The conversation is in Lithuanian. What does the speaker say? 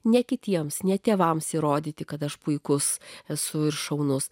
ne kitiems ne tėvams įrodyti kad aš puikus esu ir šaunus